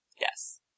Yes